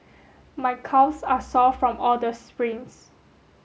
my calves are sore from all the sprints